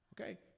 Okay